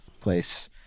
place